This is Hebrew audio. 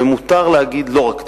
ומותר להגיד לא רק תקציבית.